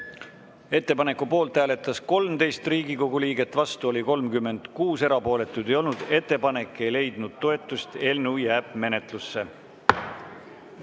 Ettepaneku poolt hääletas 13 Riigikogu liiget, vastu oli 36, erapooletuid ei olnud. Ettepanek ei leidnud toetust. Eelnõu jääb menetlusse.